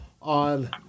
on